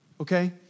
Okay